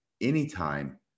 anytime